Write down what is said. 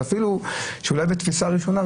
אפילו שאולי בתפיסה הראשונית,